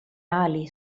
ali